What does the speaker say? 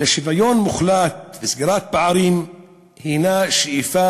לשוויון מוחלט וסגירת פערים הנה שאיפה